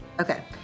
Okay